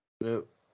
Nope